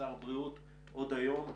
לשר הבריאות עוד היום.